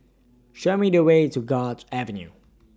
Show Me The Way to Guards Avenue